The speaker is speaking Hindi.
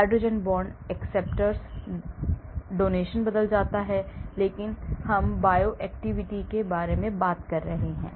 hydrogen bond acceptor डोनेशन बदल जाता है लेकिन हम बायोएक्टिविटी के बारे में बात कर रहे हैं